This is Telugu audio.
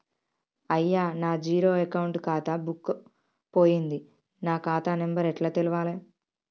అయ్యా నా జీరో అకౌంట్ ఖాతా బుక్కు పోయింది నా ఖాతా నెంబరు ఎట్ల తెలవాలే?